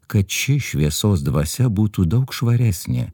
kad ši šviesos dvasia būtų daug švaresnė